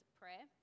prayer